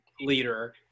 leader